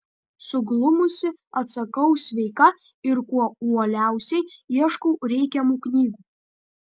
suglumusi atsakau sveika ir kuo uoliausiai ieškau reikiamų knygų